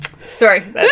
Sorry